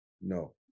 No